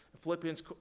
philippians